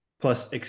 plus